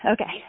Okay